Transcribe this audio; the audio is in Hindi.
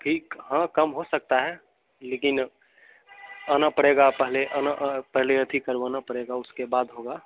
ठीक हाँ कम हो सकता है लेकिन आना पड़ेगा पहले आना पहले अथि करवाना पड़ेगा उसके बाद होगा